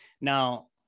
Now